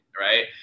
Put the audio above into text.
Right